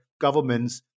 governments